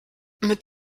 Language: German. mit